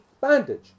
bandage